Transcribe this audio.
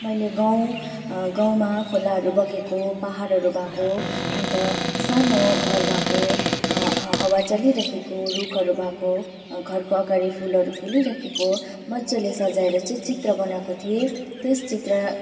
मैले गाउँ गाउँमा खोलाहरू बगेको पहाडहरू भएको अन्त सानो घर भएको ह हावा चलिरहेको रुखहरू भएको घरको अघाडि फुलहरू फुलिरहेको मजाले सजाएर चाहिँ चित्र बनाएको थिएँ त्यस चित्र